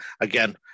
Again